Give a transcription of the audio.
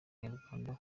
abanyarwanda